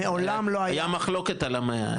היה מחלוקת על המאה האלה.